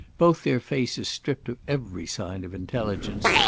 both their faces stripped of every sign of intelligence,